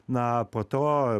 na po to